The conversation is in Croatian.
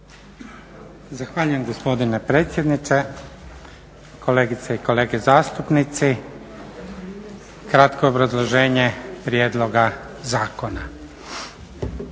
Zahvaljujem gospodine predsjedniče, kolegice i kolege zastupnici, kratko obrazloženje prijedloga zakona.